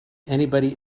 anybody